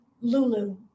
Lulu